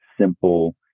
simple